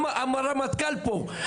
גם הרמטכ"ל פה.